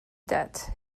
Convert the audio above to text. debt